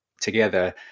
together